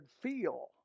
feel